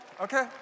okay